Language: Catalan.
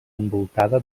envoltada